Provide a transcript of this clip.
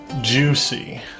juicy